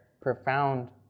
profound